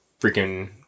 freaking